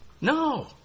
No